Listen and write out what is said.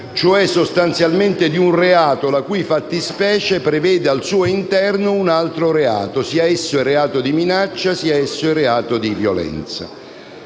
cioè sostanzialmente di un reato la cui fattispecie prevede al suo interno un altro reato, sia esso il reato di minaccia, sia esso il reato di violenza.